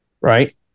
right